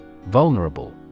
Vulnerable